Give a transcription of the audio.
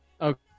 Okay